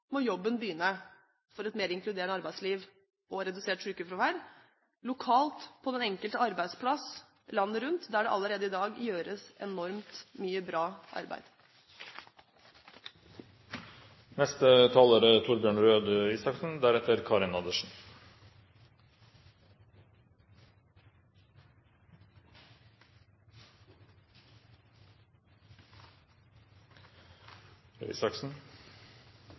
må jobben begynne for et mer inkluderende arbeidsliv og redusert sykefravær lokalt på den enkelte arbeidsplass landet rundt, der det allerede i dag gjøres enormt mye bra arbeid. Det er